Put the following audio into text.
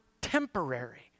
temporary